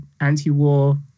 anti-war